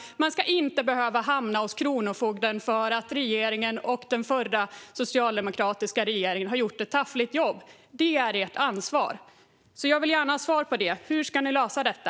De ska inte behöva hamna hos kronofogden för att regeringen och den förra socialdemokratiska regeringen har gjort ett taffligt jobb. Det är ert ansvar. Jag vill gärna ha ett svar: Hur ska ni lösa detta?